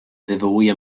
wywołuje